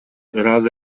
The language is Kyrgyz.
ыраазы